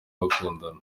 bakundana